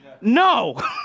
No